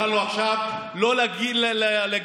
יכולנו עכשיו לא להגיד: